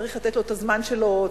צריך לתת לו את הזמן שלו,